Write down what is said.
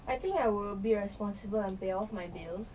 I think I will be responsible and pay off my bills